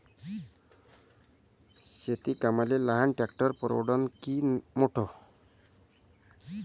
शेती कामाले लहान ट्रॅक्टर परवडीनं की मोठं?